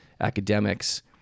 academics